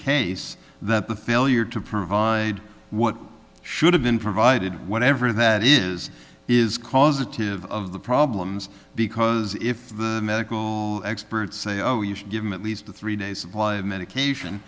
case that the failure to provide what should have been provided whatever that is is causative of the problems because if the medical experts say oh you should give him at least a three day supply of medication